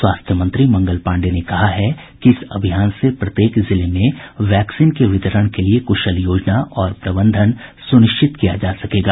स्वास्थ्य मंत्री मंगल पाण्डेय ने कहा है कि इस अभियान से प्रत्येक जिले में वैक्सीन के वितरण के लिए कुशल योजना और प्रबंधन सुनिश्चित किया जा सकेगा